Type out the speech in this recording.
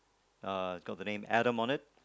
uh got the name Adam on it